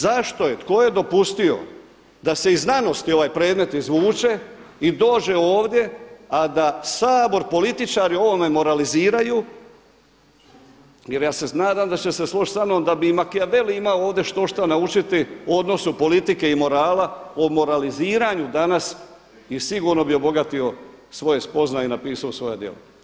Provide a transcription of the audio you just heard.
Zašto je, tko je dopustio da se iz znanosti ovaj predmet izvuče i dođe ovdje, a da Sabor, političari o ovome moraliziraju jer ja se nadam da će se složiti sa mnom da bi i Machiavelli imao ovdje štošta naučiti u odnosu politike i morala o moraliziranju danas i sigurno bi obogatio svoje spoznaje i napisao svoja djela.